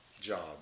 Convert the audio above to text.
job